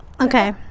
okay